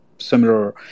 Similar